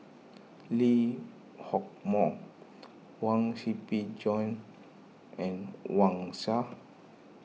Lee Hock Moh Huang Shiqi Joan and Wang Sha